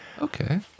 Okay